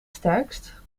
sterkst